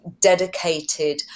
dedicated